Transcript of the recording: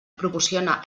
proporciona